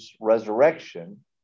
resurrection